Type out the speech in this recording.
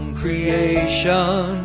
creation